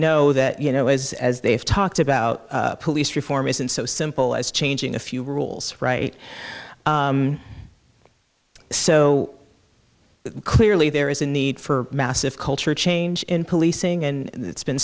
know that you know as they have talked about police reform isn't so simple as changing a few rules right so clearly there is a need for massive culture change in policing and it's been